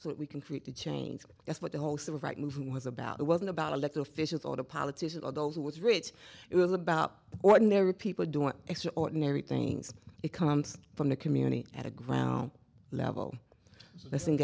so that we can create a change that's what the whole civil rights movement was about it wasn't about elected officials all the politicians or those it was rich it was about ordinary people doing extraordinary things it comes from the community at a ground level